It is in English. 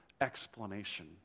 explanation